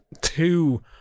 Two